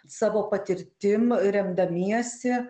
savo patirtim remdamiesi